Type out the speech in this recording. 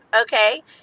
okay